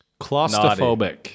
Claustrophobic